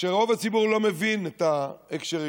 כשרוב הציבור לא מבין את ההקשרים,